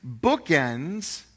bookends